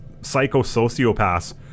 psychosociopaths